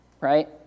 right